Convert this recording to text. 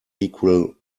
equal